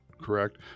correct